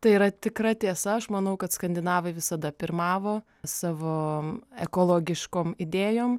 tai yra tikra tiesa aš manau kad skandinavai visada pirmavo savo ekologiškom idėjom